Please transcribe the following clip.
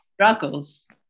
struggles